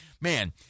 man